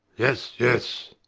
yes, yes.